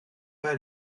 pas